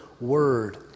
word